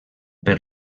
per